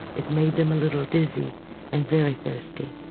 it made them a little dizzy and very thirsty,